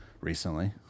recently